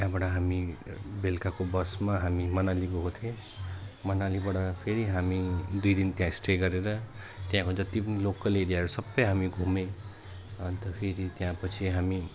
त्यहाँबाट हामी बेलुकाको बसमा हामी मनाली गएको थियौँ मनालीबाट फेरि हामी दुई दिन त्यहाँ स्टे गरेर त्यहाँको जति पनि लोकल एरियाहरू सबै हामी घुम्यौँ अन्त फेरि त्यहाँ पछि हामी